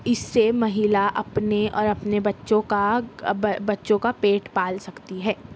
اس سے مہیلا اپنے اور اپنے بچوں کا بچوں کا پیٹ پال سکتی ہے